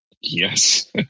Yes